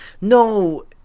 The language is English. No